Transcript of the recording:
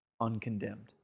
uncondemned